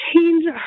change